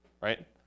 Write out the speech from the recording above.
right